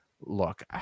Look